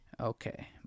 Okay